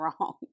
wrong